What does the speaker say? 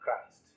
Christ